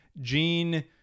Gene